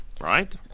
right